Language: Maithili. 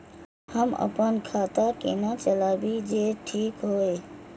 हम अपन खाता केना चलाबी जे ठीक होय?